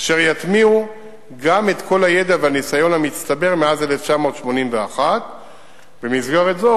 אשר יטמיעו גם את כל הידע והניסיון המצטבר מאז 1981. במסגרת זו,